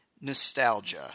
nostalgia